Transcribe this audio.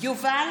יובל